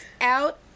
out